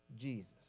Jesus